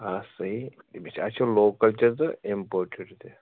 آ صحیح اَسہِ چھِ لوکَل تہِ تہِ اِمپوٹِڈ تہِ